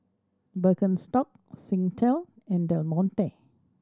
Birkenstock Singtel and Del Monte